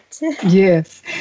Yes